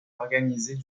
organisée